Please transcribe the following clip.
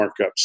markups